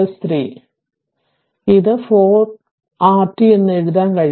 Th ഇത് 4 rt 4 rt എന്ന് എഴുതാൻ കഴിയും